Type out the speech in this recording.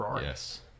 Yes